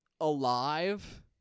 alive